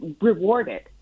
rewarded